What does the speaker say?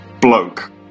bloke